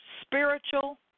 spiritual